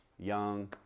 Young